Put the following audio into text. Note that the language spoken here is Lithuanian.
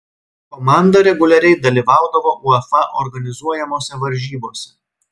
komanda reguliariai dalyvaudavo uefa organizuojamose varžybose